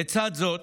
לצד זאת